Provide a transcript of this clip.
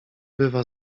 bywa